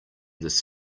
this